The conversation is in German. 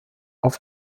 auf